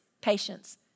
patience